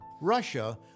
Russia